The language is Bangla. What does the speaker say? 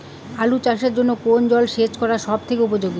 আলু চাষের জন্য কোন জল সেচ সব থেকে উপযোগী?